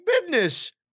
business